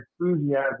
enthusiasm